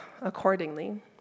accordingly